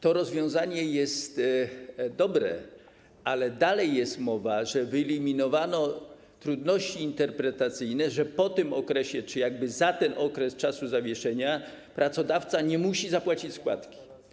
To rozwiązanie jest dobre, ale dalej jest mowa o tym, że wyeliminowano trudności interpretacyjne, że po tym okresie czy za ten okres zawieszenia pracodawca nie musi zapłacić składki.